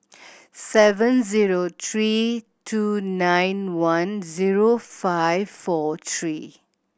seven zero three two nine one zero five four three